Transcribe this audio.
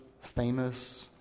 famous